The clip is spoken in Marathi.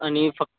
आणि फक्